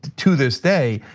to this day.